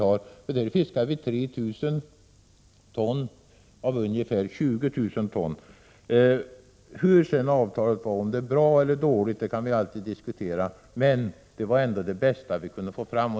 Nu fiskar man bara 3 000 ton av ungefär 20 000 ton. Hur sedan avtalet är — om det är bra eller dåligt — kan vi alltid diskutera. Det var ändå det bästa vi kunde få fram.